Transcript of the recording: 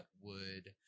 would-